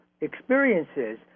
experiences